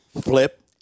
flip